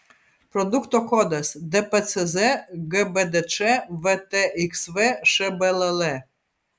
produkto kodas dpcz gbdč vtxv šbll